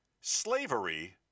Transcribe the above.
Slavery